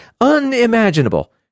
unimaginable